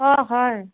অঁ হয়